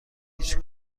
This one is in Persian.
هیچ